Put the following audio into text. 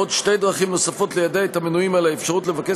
עוד שתי דרכים ליידע את המנויים על האפשרות לבקש